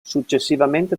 successivamente